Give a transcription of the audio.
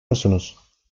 musunuz